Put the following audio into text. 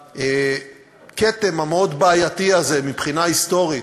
הכתם המאוד-בעייתי הזה מבחינה היסטורית,